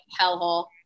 hellhole